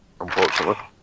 Unfortunately